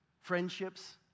friendships